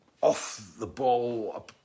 off-the-ball